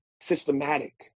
systematic